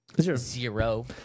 Zero